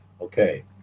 Okay